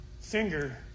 finger